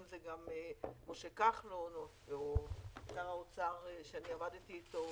אם זה משה כחלון או שר האוצר אתו עבדתי,